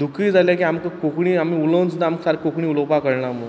दुकूय जाल्लें की आमक कोंकणी आमी उलोवन सुद्दां आमक सारक कोंकणी उलोवपा कळणा म्हूण